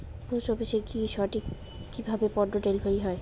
Post অফিসে কি সঠিক কিভাবে পন্য ডেলিভারি হয়?